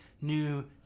new